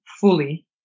fully